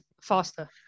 faster